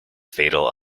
fatal